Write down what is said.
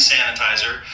Sanitizer